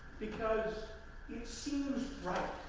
because it seems right.